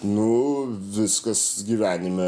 nu viskas gyvenime